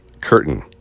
curtain